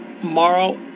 tomorrow